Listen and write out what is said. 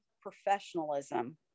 professionalism